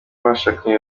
bashakanye